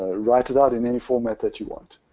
write it out in any format that you want.